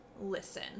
listen